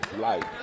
Life